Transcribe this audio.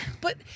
But-